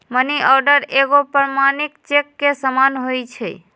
money order एगो प्रमाणिक cheque के समान होइ छै